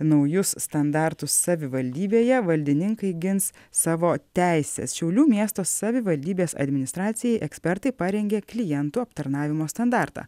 naujus standartus savivaldybėje valdininkai gins savo teises šiaulių miesto savivaldybės administracijai ekspertai parengė klientų aptarnavimo standartą